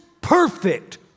perfect